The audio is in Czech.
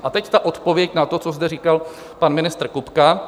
A teď ta odpověď na to, co zde říkal pan ministr Kupka.